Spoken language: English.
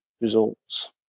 results